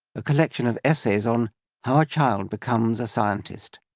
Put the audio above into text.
a collection of essays on how a child becomes a scientist.